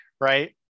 right